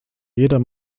jeder